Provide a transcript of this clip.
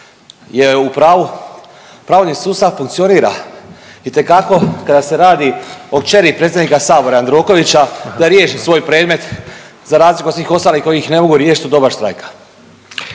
pravni sustav funkcionira itekako kada se radi o kćeri predsjednika sabora Jandrokovića da riješi svoj predmet za razliku od svih ostalih koji ih ne mogu riješiti u doba štrajka.